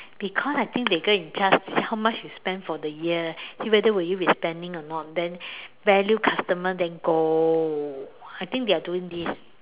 because I think they go and check how much you spend for the year see whether will you be spending or not then value customer then go I think they are doing this